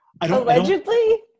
Allegedly